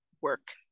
work